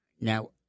Now